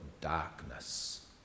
darkness